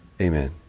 Amen